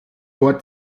vor